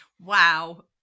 Wow